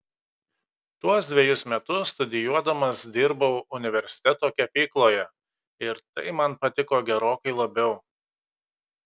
tuos dvejus metus studijuodamas dirbau universiteto kepykloje ir tai man patiko gerokai labiau